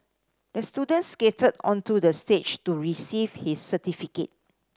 the student skated onto the stage to receive his certificate